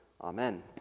Amen